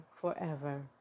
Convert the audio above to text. forever